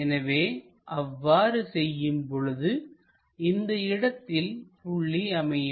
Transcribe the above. எனவே அவ்வாறு செய்யும் பொழுது இந்த இடத்தில் புள்ளி அமையும்